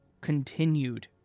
continued